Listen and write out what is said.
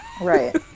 right